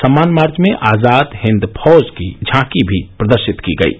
सम्मान मार्च में आजाद हिन्द फौज की झांकी भी प्रदर्शित की गयी